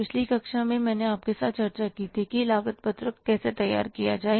पिछली कक्षा में मैंने आपके साथ चर्चा की थी कि लागत पत्रक कैसे तैयार किया जाए